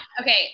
Okay